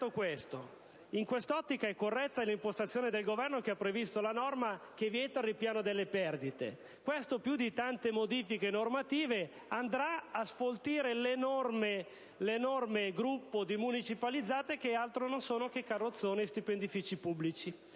In quest'ottica, è corretta l'impostazione del Governo, che ha previsto la norma che vieta il ripiano delle perdite. Questo, più di tante modifiche normative, andrà a sfoltire l'enorme gruppo di municipalizzate, che altro non sono che carrozzoni e stipendifici pubblici.